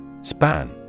Span